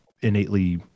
innately